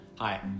Hi